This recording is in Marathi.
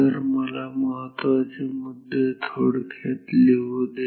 तर मला महत्त्वाचे मुद्दे थोडक्यात लिहू द्या